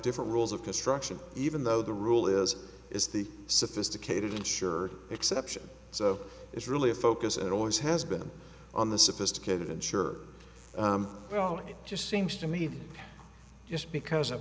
different rules of construction even though the rule is is the sophisticated insured exception so it's really a focus and always has been on the sophisticated and sure well it just seems to me just because a